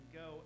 go